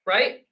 Right